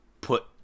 put